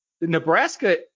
Nebraska